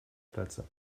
plätze